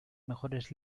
mejores